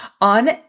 on